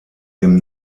dem